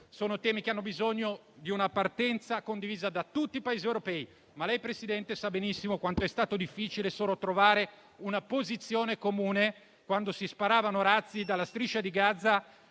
Pinotti, hanno bisogno di una partenza condivisa da tutti i Paesi europei. Lei però, signor Presidente del Consiglio, sa benissimo quanto è stato difficile solo trovare una posizione comune quando si sparavano razzi dalla striscia di Gaza